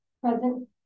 Present